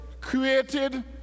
created